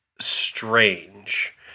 strange